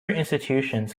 institutions